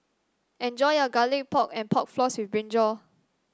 enjoy your Garlic Pork and Pork Floss with brinjal